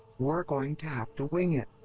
we're going to have to wing it!